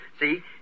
see